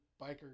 biker